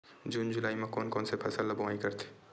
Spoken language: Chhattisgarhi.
जून जुलाई म कोन कौन से फसल ल बोआई करथे?